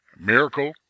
Miracle